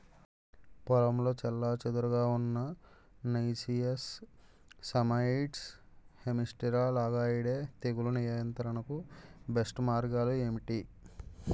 పొలంలో చెల్లాచెదురుగా ఉన్న నైసియస్ సైమోయిడ్స్ హెమిప్టెరా లైగేయిడే తెగులు నియంత్రణకు బెస్ట్ మార్గాలు ఏమిటి?